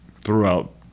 throughout